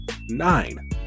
Nine